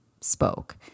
spoke